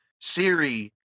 siri